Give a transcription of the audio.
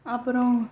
அப்புறம்